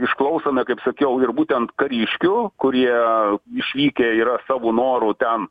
išklausome kaip sakiau ir būtent kariškių kurie išvykę yra savo noru ten